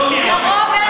מיעוט.